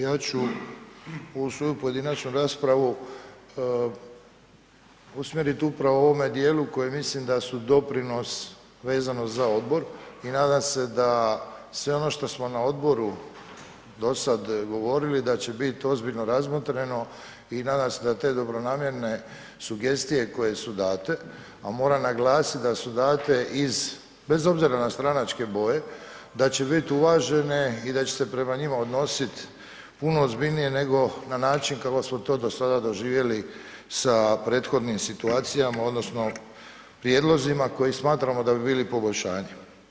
Ja ću ovu svoju pojedinačnu raspravu usmjerit upravo u ovome dijelu koji mislim da su doprinos vezano za Odbor i nadam se da sve ono što smo na Odboru do sad govorili, da će bit ozbiljno razmotreno i nadam se da te dobronamjerne sugestije koje su date, a moram naglasit da su date iz, bez obzira na stranačke boje, da će bit uvažene i da će se prema njima odnosit puno ozbiljnije nego na način kako smo to da sada doživjeli sa prethodnim situacijama odnosno prijedlozima koji smatramo da bi bili poboljšanje.